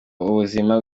ubuzima